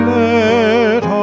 let